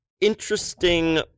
interesting